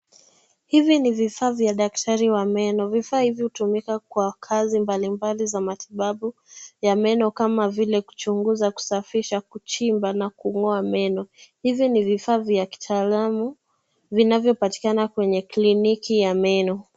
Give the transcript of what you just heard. Hivi ni vifaa vya daktari wa meno. Vifaa hivi hutumika kwa kazi mbalimbali za matibabu ya meno kama vile kuchunguza, kusafisha, kuchimba na kung'oa meno. Hizi ni vifaa vya kitaalamu vinavyopatikana kwenye kliniki ya meno.